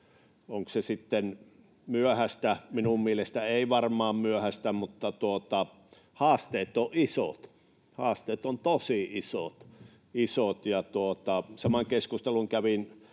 Onko se sitten myöhäistä? Minun mielestäni ei varmaan myöhäistä, mutta haasteet ovat isot, haasteet ovat tosi isot. Saman keskustelun kävin